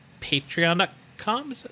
Patreon.com